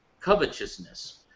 covetousness